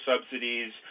subsidies